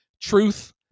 truth